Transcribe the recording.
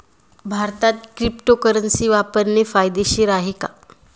भारतात क्रिप्टोकरन्सी वापरणे कायदेशीर आहे का?